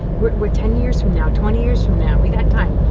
we're ten years from now, twenty years from now, we've got time.